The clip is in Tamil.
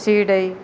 சீடை